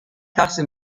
تقسیم